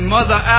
Mother